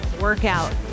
workout